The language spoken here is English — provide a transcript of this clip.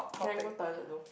can I go toilet though